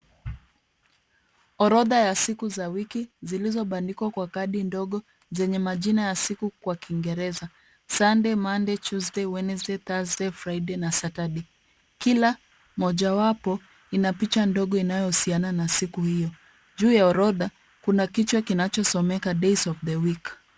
Orodha ya siku za wiki zilizobandikwa kwa kadi ndogo zenye majina ya siku kwa kiingereza. Sunday, Monday, Tuesday, Wednesday, Thursday, Friday na Saturday . Kila moja wapo ina picha ndogo inayo husiana na siku hiyo. Juu ya orodha kuna kichwa kinachosomeka days of the week .